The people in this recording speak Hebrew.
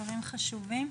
דברים חשובים.